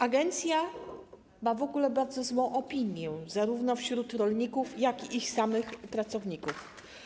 Agencja ma w ogóle bardzo złą opinię zarówno wśród rolników, jak i wśród samych pracowników.